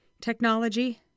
technology